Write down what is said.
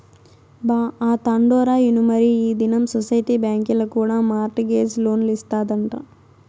బా, ఆ తండోరా ఇనుమరీ ఈ దినం సొసైటీ బాంకీల కూడా మార్ట్ గేజ్ లోన్లిస్తాదంట